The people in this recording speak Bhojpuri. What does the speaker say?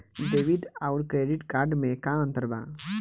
डेबिट आउर क्रेडिट कार्ड मे का अंतर बा?